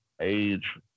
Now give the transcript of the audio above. age